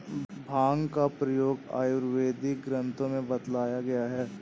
भाँग का प्रयोग आयुर्वेदिक ग्रन्थों में बतलाया गया है